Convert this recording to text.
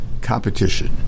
competition